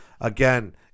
Again